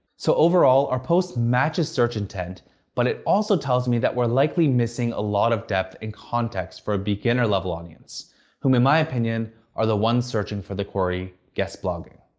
so overall, our post matches search intent but it also tells me that we're likely missing a lot of depth and context for a beginner-level audience whom in my opinion are the ones searching for the query guest blogging.